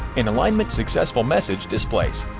an alignment successful message displays.